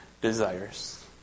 desires